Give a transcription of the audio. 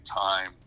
time